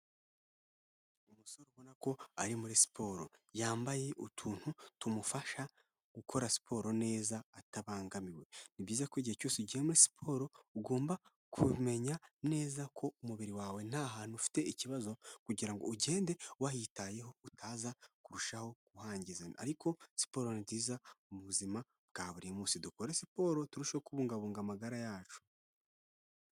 Umusore ubona ko ari muri siporo yambaye utuntu tumufasha gukora siporo neza atabangamiwe ni byiza ko igihe cyose ugiye muri siporo ugomba kumenya neza ko umubiri wawe nta hantu ufite ikibazo kugirango ugende wahitayeho utaza kurushaho kuhangiza ariko siporo nziza mu buzima bwa buri munsi dukore siporo turusheho kubungabunga amagara yacu.